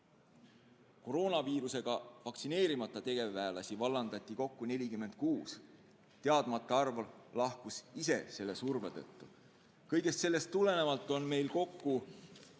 koroonaviiruse vastu vaktsineerimata tegevväelast vallandati, teadmata arv lahkus ise selle surve tõttu. Kõigest sellest tulenevalt on meil proua